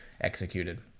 executed